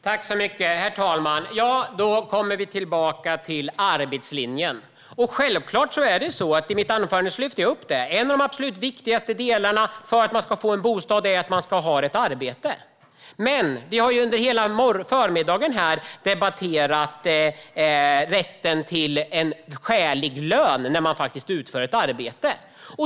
Herr talman! Då kommer vi tillbaka till arbetslinjen. Självklart är det, som jag lyfte upp i mitt anförande, så att en av de viktigaste förutsättningarna för att man ska få en bostad är att man har ett arbete. Men vi har under hela förmiddagen debatterat rätten till en skälig lön när man utför ett arbete.